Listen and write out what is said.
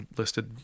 listed